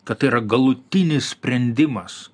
kad tai yra galutinis sprendimas